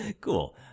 cool